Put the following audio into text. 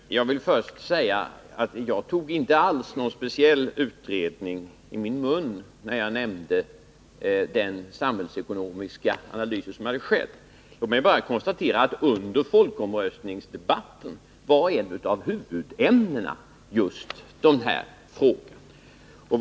Fru talman! Jag vill först säga att jag inte alls tog någon speciell utredning i min mun, när jag talade om den samhällsekonomiska analys som hade skett. Låt mig bara konstatera att ett av huvudämnena i folkomröstningsdebatten var just de här frågorna.